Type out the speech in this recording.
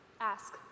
Ask